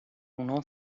اونا